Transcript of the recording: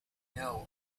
know